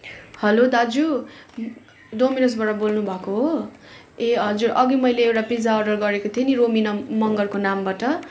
hello दाजु डोमिनोसबाट बोल्नु भएको हो ए हजुर अघि मैले एउटा पिज्जा अर्डर गरेको थिएँ नि रोमिनम मगरको नामबाट